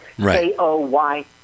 K-O-Y